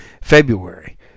February